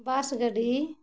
ᱵᱟᱥ ᱜᱟᱹᱰᱤ